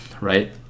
right